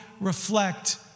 reflect